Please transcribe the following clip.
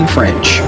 French